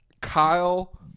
Kyle